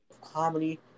comedy